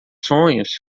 sonhos